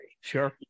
sure